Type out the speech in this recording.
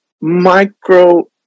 micro